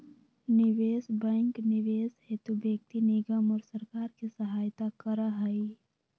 निवेश बैंक निवेश हेतु व्यक्ति निगम और सरकार के सहायता करा हई